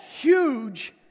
huge